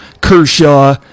Kershaw